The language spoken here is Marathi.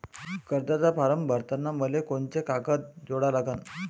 कर्जाचा फारम भरताना मले कोंते कागद जोडा लागन?